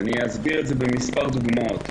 ואסביר את זה במספר דוגמאות.